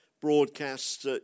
broadcasts